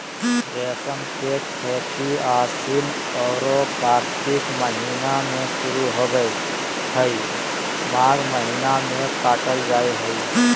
रेशम के खेती आशिन औरो कार्तिक महीना में शुरू होबे हइ, माघ महीना में काटल जा हइ